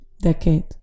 Decade